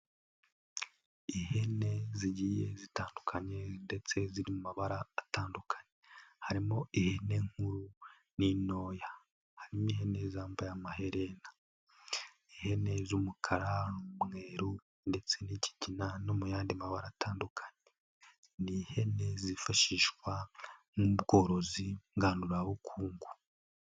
Ihene zigiye zitandukanye ndetse ziri mu mabara atandukanye, harimo ihene nkuru n'intoya, harimo ihene zambaye amaherena, ihene z'umukara n'umweru ndetse n'ikigina no mu yandi mabara atandukanye, ni ihene zifashishwa mu bworozi ngandurabukungu.